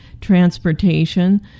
transportation